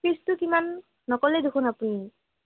ফিজটো কিমান নক'লেই দেখোন আপুনি